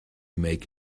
make